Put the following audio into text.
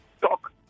talk